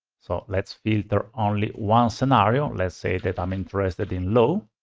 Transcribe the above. so let's filter only one scenario. let's say that i'm interested in low.